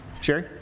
Sherry